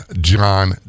John